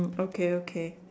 okay okay